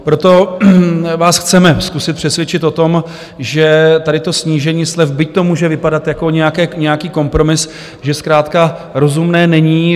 Proto vás chceme zkusit přesvědčit o tom, že tady to snížení slev, byť to může vypadat jako nějaký kompromis, že zkrátka rozumné není.